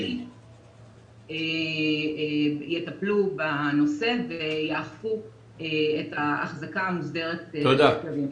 ה- -- יטפלו בנושא ויאכפו את ההחזקה המוסדרת של כלבים.